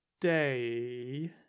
day